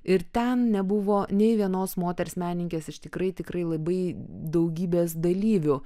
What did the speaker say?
ir ten nebuvo nei vienos moters menininkės iš tikrai tikrai labai daugybės dalyvių